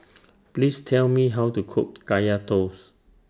Please Tell Me How to Cook Kaya Toast